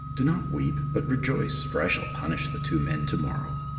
do not weep, but rejoice, for i shall punish the two men to-morrow.